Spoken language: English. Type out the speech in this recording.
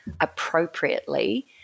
appropriately